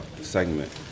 segment